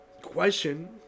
question